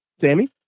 Sammy